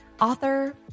author